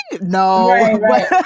No